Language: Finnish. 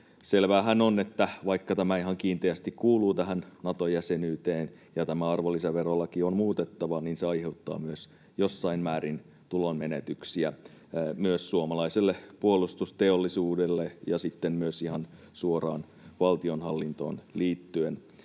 Selväähän on, että vaikka tämä ihan kiinteästi kuuluu tähän Nato-jäsenyyteen ja tämä arvonlisäverolaki on muutettava, niin se aiheuttaa jossain määrin myös tulonmenetyksiä, myös suomalaiselle puolustusteollisuudelle ja sitten myös ihan suoraan valtionhallintoon liittyen.